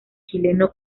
chileno